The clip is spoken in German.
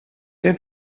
der